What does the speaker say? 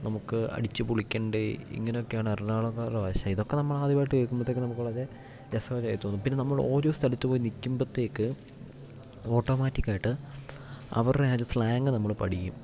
നമുക്ക് അടിച് പൊളിക്കണ്ടേ ഇങ്ങനെയൊക്കെയാണ് എറണാകുളംകാരുടെ ഭാഷ ഇതൊക്കെ നമ്മള് ആദ്യമായിട്ട് കേക്കുമ്പത്തേക്ക് നമുക്ക് വളരെ രസമായിട്ട് തോന്നും പിന്നെ നമ്മള് ഓരോ സ്ഥലത്ത് പോയി നിൽക്കുമ്പത്തേക്ക് ഓട്ടോമാറ്റിക്കായിട്ട് അവരുടെ ആ ഒരു സ്ലാങ്ങ് നമ്മള് പഠിക്കും